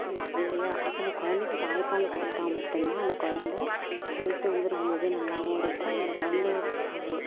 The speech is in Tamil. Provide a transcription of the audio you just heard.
இல்லை இல்லையா அப்போ அந்த கொழந்தைக்கு தாய்ப்பால் கொடுத்தா மட்டும்தான் அந்த கொழந்தை ஹெல்த்து வந்து ரொம்ப நல்லாவும் இருக்கும் அந்த கொழந்தை அவ